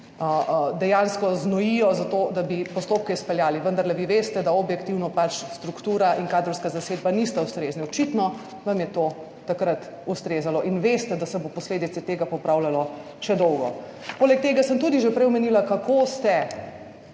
dejansko znojijo za to, da bi postopke izpeljali, vendarle vi veste, da objektivno pač struktura in kadrovska zasedba nista ustrezna. Očitno vam je to takrat ustrezalo in veste, da se bo posledice tega popravljalo še dolgo. Poleg tega sem tudi že prej omenila, kako ste